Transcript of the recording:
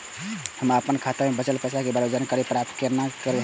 हम अपन खाता में बचल पैसा के बारे में जानकारी प्राप्त केना हैत?